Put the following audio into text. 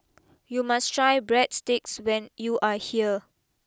you must try Breadsticks when you are here